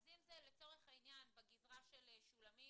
אז אם זה לצורך העניין בגזרה של שולמית